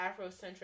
Afrocentric